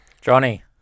Johnny